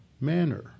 manner